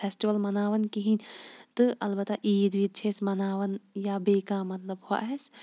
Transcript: festival مَناوان کِہیٖنۍ تہٕ اَلبَتہ عیٖد ویٖد چھِ أسۍ مَناوان یا بیٚیہِ کانٛہہ مَطلَب ہہُ آسہِ